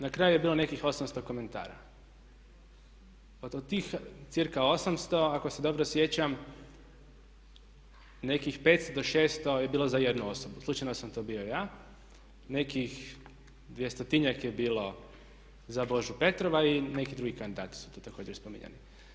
Na kraju je bilo nekih 800 komentara, od tih cirka 800 ako se dobro sjećam nekih 500-600 je bilo za jednu osobu, slučajno sam to bio ja, nekih 200-tinjak je bilo za Božu Petrova i neki drugi kandidati su tu također spominjani.